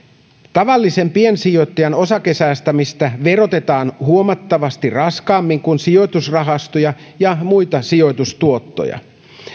tavallisen piensijoittajan osakesäästämistä verotetaan huomattavasti raskaammin kuin sijoitusrahastoja ja muita sijoitustuotteita